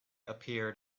appeared